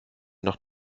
noch